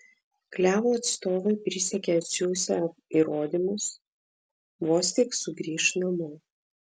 klevo atstovai prisiekė atsiųsią įrodymus vos tik sugrįš namo